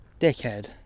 dickhead